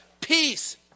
peace